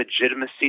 legitimacy